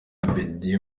abeddy